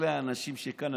אלה האנשים שכאן.